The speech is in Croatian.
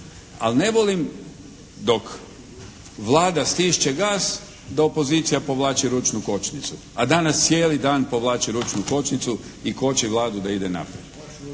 Ali ne volim dok Vlada stišće gas da opozicija povlači ručnu kočnicu. A danas cijeli dan povlači ručnu kočnicu i koči Vladu da ide naprijed.